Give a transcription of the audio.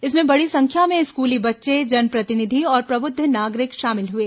इसमें बड़ी संख्या में स्कूली बच्चे जनप्रतिनिधि और प्रबुद्ध नागरिक शामिल हुए